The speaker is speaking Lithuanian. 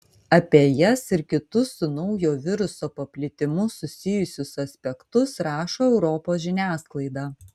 apie jas ir kitus su naujo viruso paplitimu susijusius aspektus rašo europos žiniasklaida